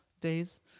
days